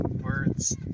Words